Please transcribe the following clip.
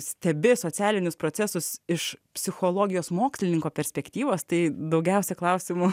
stebi socialinius procesus iš psichologijos mokslininko perspektyvos tai daugiausia klausimų